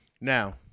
Now